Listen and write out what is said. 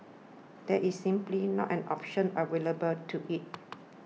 that is simply not an option available to it